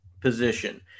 position